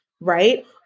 right